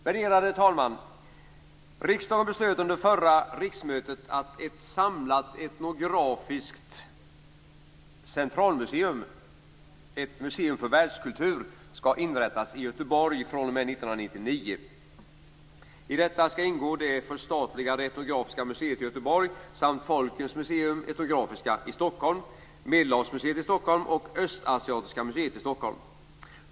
Värderade talman! Riksdagen beslöt under förra riksmötet att ett samlat etnografiskt centralmuseum - ett museum för världskultur - skall inrättas i Göteborg fr.o.m. 1999. I detta skall ingå det förstatligade Etnografiska museet i Göteborg samt Folkens museum - etnografiska i Stockholm, Medelhavsmuseet i Stockholm och Östasiatiska museet i Stockholm.